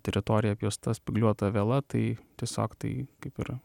teritorija apjuosta spygliuota viela tai tiesiog tai kaip ir